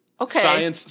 Okay